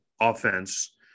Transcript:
offense